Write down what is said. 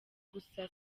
gusa